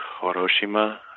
Hiroshima